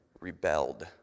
rebelled